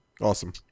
Awesome